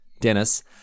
Dennis